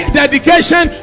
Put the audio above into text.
dedication